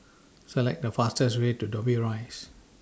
Select The fastest Way to Dobbie Rise